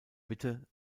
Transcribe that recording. witte